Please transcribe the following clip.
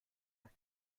nach